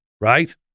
right